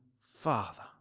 Father